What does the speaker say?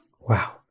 Wow